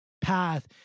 path